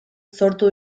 sortu